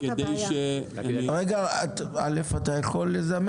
אתה יכול לזמן